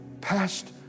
Past